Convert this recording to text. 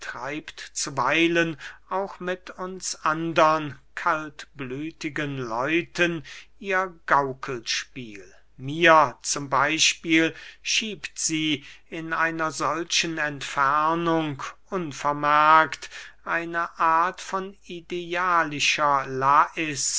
zuweilen auch mit uns andern kaltblütigen leuten ihr gaukelspiel mir zum beyspiel schiebt sie in einer solchen entfernung unvermerkt eine art von idealischer lais